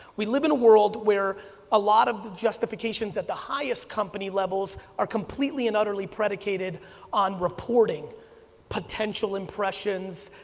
we live in a world where a lot of the justifications at the highest company levels are completely and utterly predicated on reporting potential impressions,